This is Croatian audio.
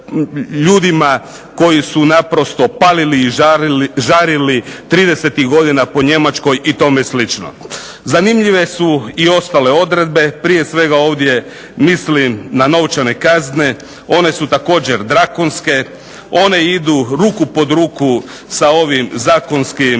koji su naprosto palili i žarili tridesetih godina po Njemačkoj i tome slično. Zanimljive su i ostale odredbe prije svega ovdje mislim na novčane kazne, one su također drakonske. One idu ruku pod ruku sa ovim zatvorskim